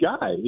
guy